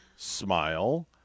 Smile